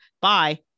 Bye